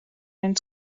and